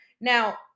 Now